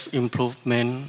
improvement